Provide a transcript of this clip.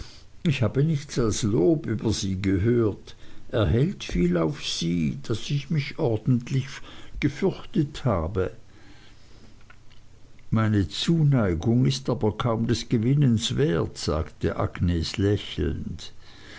ich habe nichts als lob über sie gehört er hält so viel auf sie daß ich mich ordentlich vor ihnen gefürchtet habe meine zuneigung ist aber kaum des gewinnens wert sagte agnes lächelnd